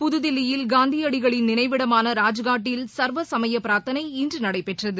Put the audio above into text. புதுதில்லியில் காந்தியடிகளின் நினைவிடமான ராஜ்காட்டில் சர்வசமய பிரார்த்தனை இன்று நடைபெற்றது